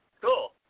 cool